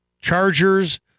Chargers